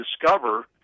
discover